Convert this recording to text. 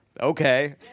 Okay